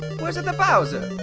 where's a the bowser?